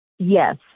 Yes